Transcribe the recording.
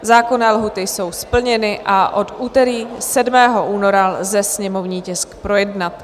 Zákonné lhůty jsou splněny a od úterý 7. února lze sněmovní tisk projednat.